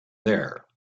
there